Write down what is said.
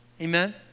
Amen